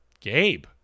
gabe